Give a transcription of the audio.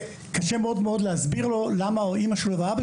וקשה מאוד להסביר לו למה אמא שלו או אבא